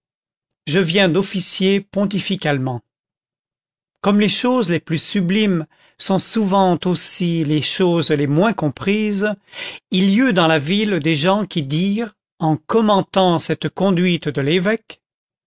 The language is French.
je viens d'officier pontificalement comme les choses les plus sublimes sont souvent aussi les choses les moins comprises il y eut dans la ville des gens qui dirent en commentant cette conduite de l'évêque